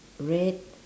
red